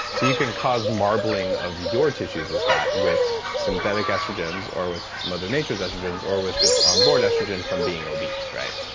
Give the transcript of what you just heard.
so you can cause marbling of your tissues with fat with synthetic estrogens or with mother nature's estrogens or with just onboard estrogen from being obese, right?